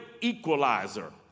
equalizer